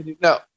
no